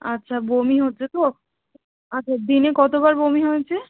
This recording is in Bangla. আচ্ছা বমি হচ্ছে তো আচ্ছা দিনে কতবার বমি হয়েছে